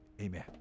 amen